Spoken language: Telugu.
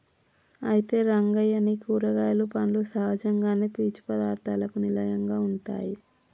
అయితే రంగయ్య నీ కూరగాయలు పండ్లు సహజంగానే పీచు పదార్థాలకు నిలయంగా ఉంటాయి